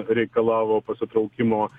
reikalavo pasitraukimo